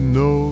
no